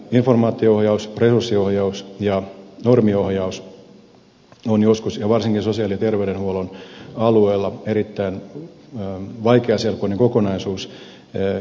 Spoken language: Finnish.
informaatio ohjaus resurssiohjaus ja normiohjaus on joskus varsinkin sosiaali ja terveydenhuollon alueella erittäin vaikeaselkoinen kokonaisuus